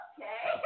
Okay